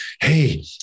hey